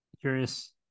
curious